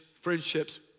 friendships